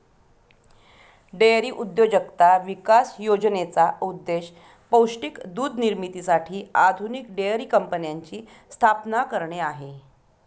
dairy उद्योजकता विकास योजनेचा उद्देश पौष्टिक दूध निर्मितीसाठी आधुनिक डेअरी कंपन्यांची स्थापना करणे आहे